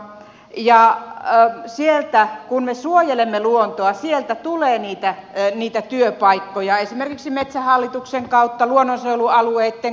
ja kun me suojelemme luontoa sieltä tulee niitä työpaikkoja esimerkiksi metsähallituksen kautta luonnonsuojelualueitten kautta